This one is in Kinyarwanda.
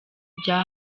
bya